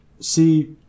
See